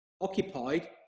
occupied